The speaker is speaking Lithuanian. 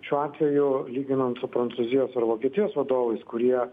šiuo atveju lyginant su prancūzijos ar vokietijos vadovais kurie